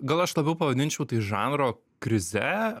gal aš labiau pavadinčiau tai žanro krize